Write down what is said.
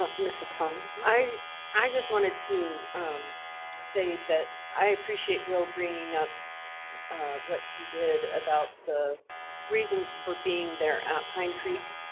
um mrs carnage i i just wanted to say that i appreciate will bringing up what he did about the reasons for being there at pine creek.